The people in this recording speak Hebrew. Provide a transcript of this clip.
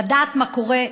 לדעת מה קורה,